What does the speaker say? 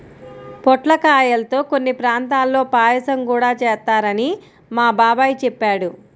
పొట్లకాయల్తో కొన్ని ప్రాంతాల్లో పాయసం గూడా చేత్తారని మా బాబాయ్ చెప్పాడు